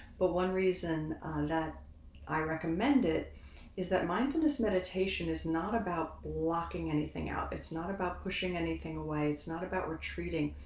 but one reason that i recommend it is that mindfulness meditation is not about blocking anything out. it's not about pushing anything away. it's not about retreating.